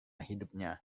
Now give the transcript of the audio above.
hidupnya